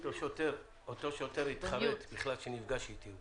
אותו שוטר התחרט שבכלל נפגש איתי.